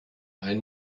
einen